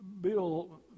Bill